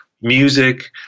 music